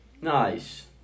Nice